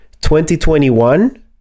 2021